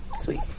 Sweet